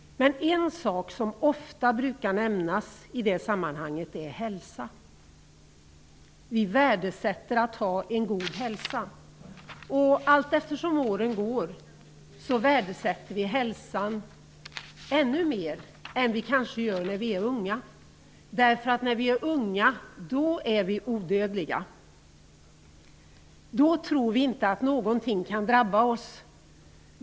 Men en sak som ofta brukar nämnas i det sammanhanget är hälsa. Vi värdesätter att ha en god hälsa. Allt eftersom åren går värdesätter vi hälsan ännu mer än vi kanske gör när vi är unga, därför att när vi är unga är vi odödliga. Då tror vi inte att någonting kan drabba oss.